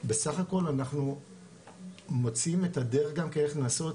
בסך הכל אנחנו מוצאים את הדרך גם כן איך לנסות